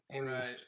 Right